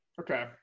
Okay